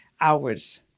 hours